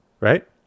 right